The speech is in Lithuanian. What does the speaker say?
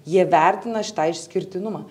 jie vertina šitą išskirtinumą